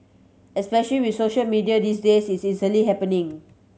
especial with social media these days it's easily happening